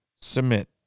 Submit